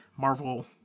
Marvel